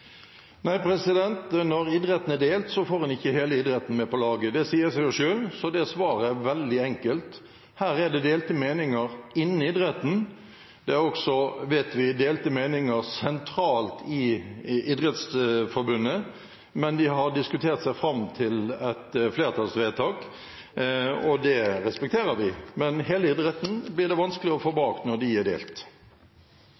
Nei, når idretten er delt, får en ikke hele idretten med på laget. Det sier seg jo selv. Så det svaret er veldig enkelt. Her er det delte meninger innen idretten. Det er også, vet vi, delte meninger sentralt i Idrettsforbundet. Men de har diskutert seg fram til et flertallsvedtak, og det respekterer vi. Men hele idretten blir det vanskelig å få